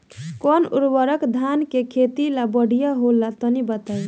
कौन उर्वरक धान के खेती ला बढ़िया होला तनी बताई?